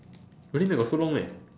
really meh got so long meh